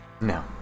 No